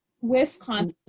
Wisconsin